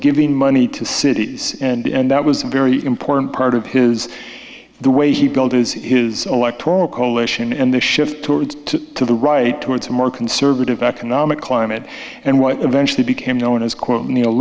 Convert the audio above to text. giving money to cities and that was a very important part of his the way he built his his electoral coalition and the shift towards to the right towards a more conservative economic climate and what eventually became known as quote n